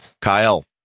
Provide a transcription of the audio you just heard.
Kyle